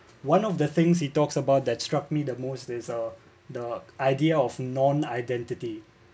one of the things he talks about that struck me the most is the idea of non identity